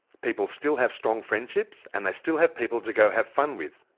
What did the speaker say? people still have strong friendships and they still have people to go have fun with.